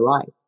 life